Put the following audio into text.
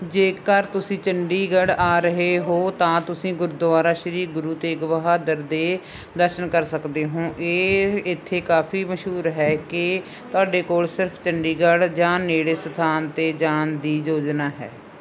ਜੇਕਰ ਤੁਸੀਂ ਚੰਡੀਗੜ੍ਹ ਆ ਰਹੇ ਹੋ ਤਾਂ ਤੁਸੀਂ ਗੁਰਦੁਆਰਾ ਸ਼੍ਰੀ ਗੁਰੂ ਤੇਗ ਬਹਾਦਰ ਸਾਹਿਬ ਦੇ ਦਰਸ਼ਨ ਕਰ ਸਕਦੇ ਹੋ ਇਹ ਇੱਥੇ ਕਾਫ਼ੀ ਮਸ਼ਹੂਰ ਹੈ ਕੀ ਤੁਹਾਡੇ ਕੋਲ ਸਿਰਫ ਚੰਡੀਗੜ੍ਹ ਜਾਂ ਨੇੜਲੇ ਸਥਾਨਾਂ 'ਤੇ ਜਾਣ ਦੀ ਯੋਜਨਾ ਹੈ